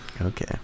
Okay